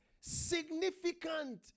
significant